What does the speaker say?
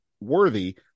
worthy